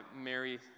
Mary